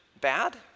bad